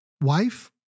wife